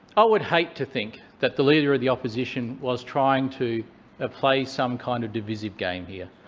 i would hate to think that the leader of the opposition was trying to ah play some kind of divisive game here,